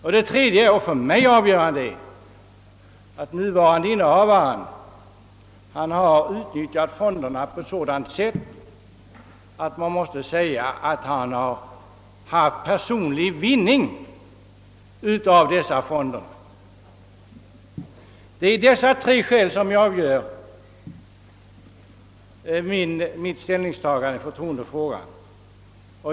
För det tredje, vilket jag anser avgörande, har nuvarande innehavaren utnyttjat fonderna på sådant sätt att det måste anses att han haft personlig vinning därav. Dessa tre skäl avgör mitt ställningstagande i förtroendefrågan.